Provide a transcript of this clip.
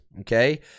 okay